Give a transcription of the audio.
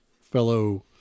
fellow